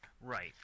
Right